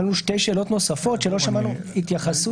עלו שתי שאלות נוספות שלא שמענו לגביהן התייחסות.